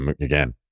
again